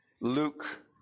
Luke